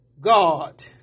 God